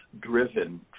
driven